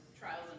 trials